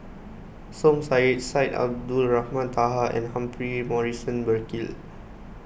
Som Said Syed Abdulrahman Taha and Humphrey Morrison Burkill